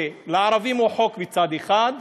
לערבים הוא חוק מצד אחד,